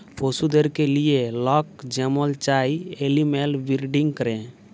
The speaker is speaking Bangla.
পশুদেরকে লিঁয়ে লক যেমল চায় এলিম্যাল বিরডিং ক্যরে